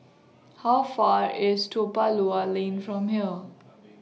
How Far IS Toa Pa Lower Lane from here